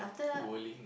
bowling